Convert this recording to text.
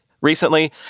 Recently